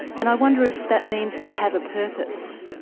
and i wonder if that means they have a purpose?